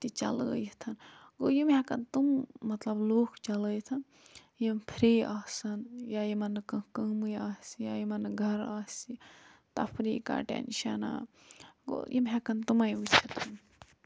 تہِ چَلٲیِتھ گوٚو یِم ہٮ۪کَن تم مطلب لوٗکھ چَلٲیِتھ یِم فری آسَن یا یِمَن نہٕ کانٛہہ کٲمٕے آسہِ یا یِمَن نہٕ گَرٕ آسہِ تَفریٖقا کانٛہہ ٹٮ۪نشَن گوٚو یِم ہٮ۪کَن تٕمَے وُچھِتھ